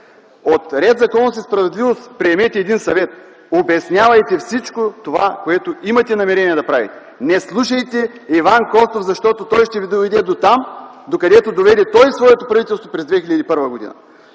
От „Ред, законност и справедливост” приемете един съвет: обяснявайте всичко това, което имате намерение да правите. Не слушайте Иван Костов, защото той ще ви доведе дотам, докъдето доведе своето правителство през 2001г.